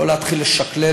ולא להתחיל לשקלל,